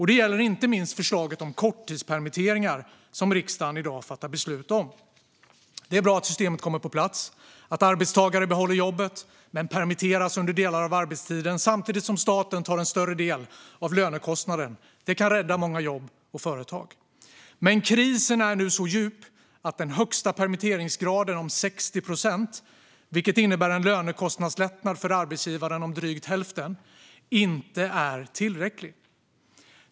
Det gäller inte minst förslaget om korttidspermitteringar som riksdagen i dag ska fatta beslut om. Det är bra att systemet kommer på plats och att arbetstagare får behålla jobbet men permitteras under delar av arbetstiden samtidigt som staten tar en större del av lönekostnaden. Det kan rädda många jobb och företag. Krisen är dock så djup att den högsta permitteringsgraden om 60 procent, vilken innebär en lönekostnadslättnad för arbetsgivaren om drygt hälften, inte är tillräcklig.